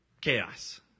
chaos